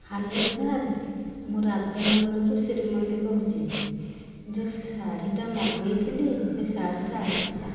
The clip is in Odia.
ହ୍ୟାଲୋ ସାର୍ ମୁଁ ରାଜନଗରରୁ ଶ୍ରୀମତୀ କହୁଛି ଯେଉଁ ଶାଢ଼ୀଟା ମଗାଇଥିଲି ସେ ଶାଢ଼ୀଟା ଆସିଲା